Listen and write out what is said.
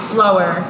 Slower